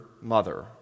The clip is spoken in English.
mother